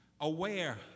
aware